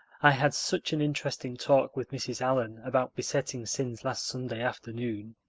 i had such an interesting talk with mrs. allan about besetting sins last sunday afternoon.